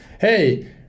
hey